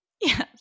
Yes